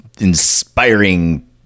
inspiring